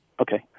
Okay